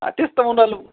हा तेच तर म्हणून राहिलो